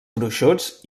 gruixuts